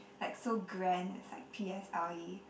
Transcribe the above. like so grand as like p_s_l_e